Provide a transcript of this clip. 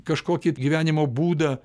kažkokį gyvenimo būdą